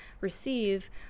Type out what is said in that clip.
receive